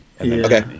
Okay